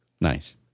Nice